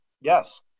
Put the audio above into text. Yes